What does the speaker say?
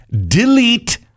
Delete